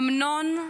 אמנון,